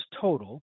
total